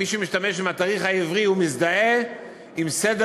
מי שמשתמש בתאריך העברי מזדהה עם סדר